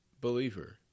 believer